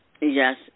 Yes